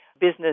business